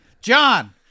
John